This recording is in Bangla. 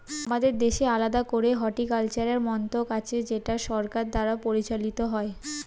আমাদের দেশে আলাদা করে হর্টিকালচারের মন্ত্রক আছে যেটা সরকার দ্বারা পরিচালিত হয়